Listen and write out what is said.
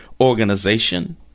organization